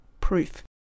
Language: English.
Proof